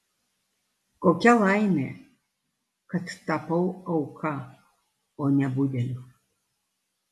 kokia laimė kad tapau auka o ne budeliu